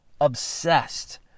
obsessed